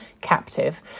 captive